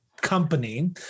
company –